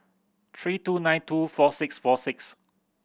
three two nine two four six four six